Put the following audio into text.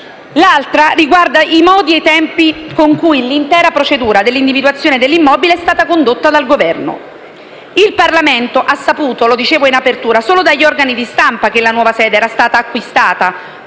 riguarda i modi e i tempi con cui l'intera procedura dell'individuazione dell'immobile è stata condotta dal Governo. Il Parlamento ha saputo - lo dicevo all'inizio del mio intervento - solo dagli organi di stampa che la nuova sede era stata acquistata